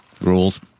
Rules